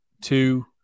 two